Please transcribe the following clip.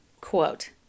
quote